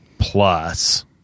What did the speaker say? plus